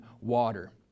water